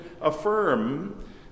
affirm